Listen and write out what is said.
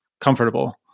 comfortable